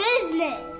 business